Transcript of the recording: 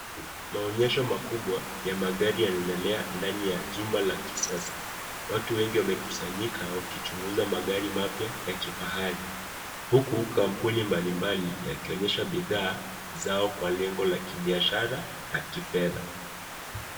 Maonyesho makubwa ya magari yanaendelea ndani ya jumba la kisasa, watu wengi wamekusanyika wakichunguza magari mapya ya kifahari, huku kambuni mbalimbali yakionyesha bidhaa zao kwa lengo la kibiashara na kifedha.